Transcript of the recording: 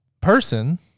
person